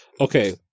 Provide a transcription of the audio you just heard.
Okay